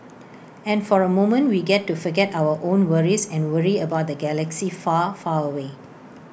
and for A moment we get to forget our own worries and worry about the galaxy far far away